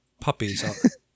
puppies